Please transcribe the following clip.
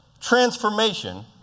transformation